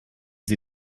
sie